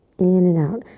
in and out.